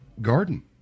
garden